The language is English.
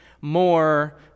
more